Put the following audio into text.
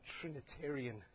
Trinitarian